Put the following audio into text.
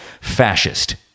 fascist